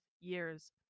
years